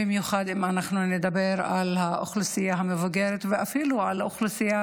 במיוחד אם אנחנו נדבר על האוכלוסייה המבוגרת ואפילו על האוכלוסייה